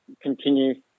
continue